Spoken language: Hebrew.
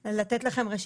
שנייה לבקש,